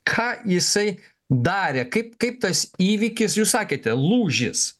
ką jisai darė kaip kaip tas įvykis jūs sakėte lūžis